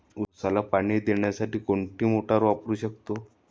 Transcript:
उसाला पाणी देण्यासाठी कोणती मोटार वापरू शकतो?